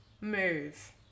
move